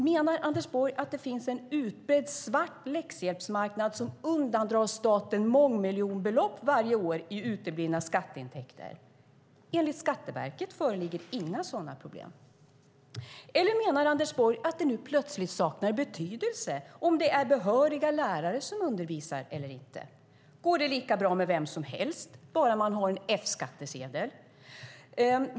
Menar Anders Borg att det finns en utbredd svart läxhjälpsmarknad som undandrar staten mångmiljonbelopp varje år i uteblivna skatteintäkter? Enligt Skatteverket föreligger inga sådana problem. Eller menar Anders Borg att det nu plötsligt saknar betydelse om det är behöriga lärare som undervisar eller inte? Går det lika bra med vem som helst bara man har en F-skattsedel?